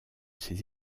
ses